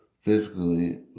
physically